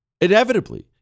Inevitably